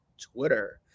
twitter